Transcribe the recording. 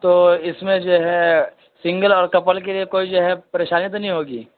تو اس میں جو ہے سنگل اور کپل کے لیے کوئی جو ہے پریشانی تو نہیں ہوگی